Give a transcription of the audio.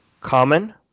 common